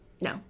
no